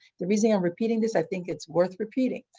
the reason i'm repeating this, i think it's worth repeating.